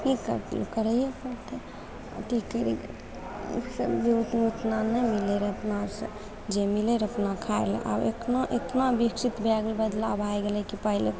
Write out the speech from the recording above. की करबय करइए पड़तै की करि सब्जी उतना उतना नहि मिलय रहय अपना जे मिलय रहय अपना खाय लै आब इतना इतना विकसित भए गेल बदलाव आइ गेलय की पहिले